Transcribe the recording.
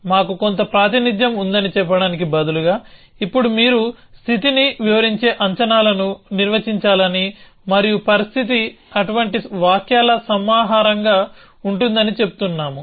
మాకు కొంత ప్రాతినిథ్యం ఉందని చెప్పడానికి బదులుగా ఇప్పుడు మీరు స్థితిని వివరించే అంచనాలను నిర్వచించాలని మరియు పరిస్థితిని అటువంటి వాక్యాల సమాహారంగా ఉంటుందని చెబుతున్నాము